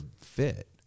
fit